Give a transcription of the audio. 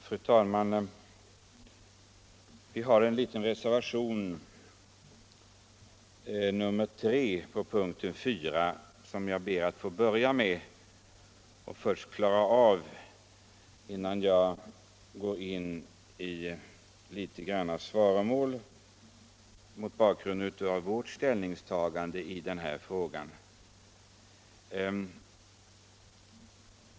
Fru talman! Innan jag går i närmare svaromål mot bakgrund av vårt ställningstagande i den här frågan vill jag säga några ord om reservationen 3 som jag har varit med om att avge.